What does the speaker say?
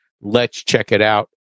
let's-check-it-out